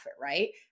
right